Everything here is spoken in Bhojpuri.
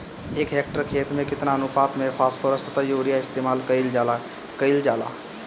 एक हेक्टयर खेत में केतना अनुपात में फासफोरस तथा यूरीया इस्तेमाल कईल जाला कईल जाला?